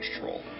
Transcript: Troll